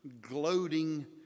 gloating